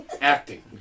acting